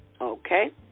Okay